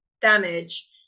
damage